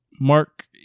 Mark